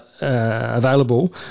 available